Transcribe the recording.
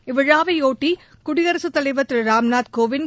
இவ்விழாவையொட்டி குடியரசுத் தலைவர் திரு ராம்நாத் கோவிந்த்